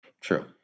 True